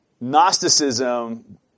Gnosticism